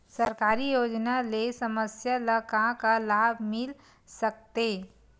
सरकारी योजना ले समस्या ल का का लाभ मिल सकते?